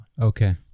Okay